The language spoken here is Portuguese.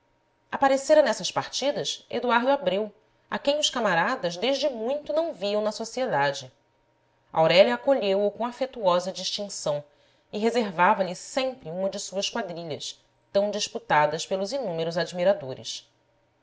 aparecera nessas partidas eduardo abreu a quem os camaradas desde muito não viam na sociedade aurélia acolheu o com afetuosa distinção e reservava lhe sempre uma de suas quadrilhas tão disputadas pelos inúmeros admiradores